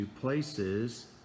places